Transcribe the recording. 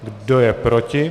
Kdo je proti?